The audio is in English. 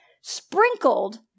sprinkled